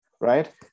Right